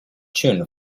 tuned